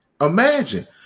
Imagine